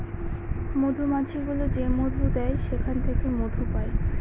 মধুমাছি গুলো যে মধু দেয় সেখান থেকে মধু পায়